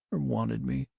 or wanted me.